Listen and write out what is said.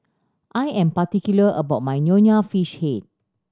I am particular about my Nonya Fish Head